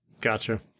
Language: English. Gotcha